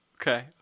okay